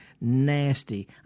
nasty